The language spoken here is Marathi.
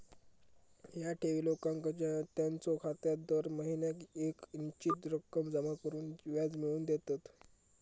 ह्या ठेवी लोकांका त्यांच्यो खात्यात दर महिन्याक येक निश्चित रक्कम जमा करून व्याज मिळवून देतत